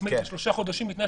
להצמיד את השלושה חודשים בתנאי